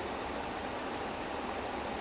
this low cost airline